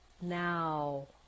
now